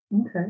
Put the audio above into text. Okay